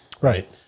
right